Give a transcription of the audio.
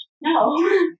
No